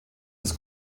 des